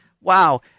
Wow